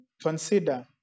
consider